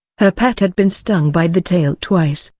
her pet had been stung by the tail twice,